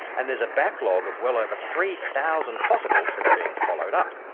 and there's a backlog of well over three thousand possibles that are being followed up.